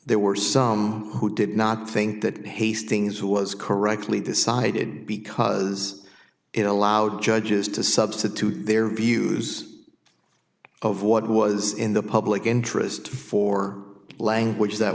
there were some who did not think that hastings who was correctly decided because it allowed judges to substitute their views of what was in the public interest for language that